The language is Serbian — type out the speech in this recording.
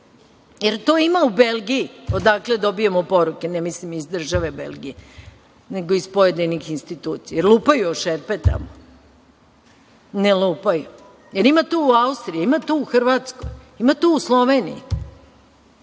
li to ima u Belgiji, odakle dobijamo poruke, ne mislim iz države Belgije nego iz pojedinih institucija? Da li lupaju o šerpe tamo? Ne lupaju. Da li ima to u Austriji? Da li ima to u Hrvatskoj? Da li ima to u Sloveniji?